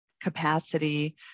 capacity